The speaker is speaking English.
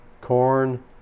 corn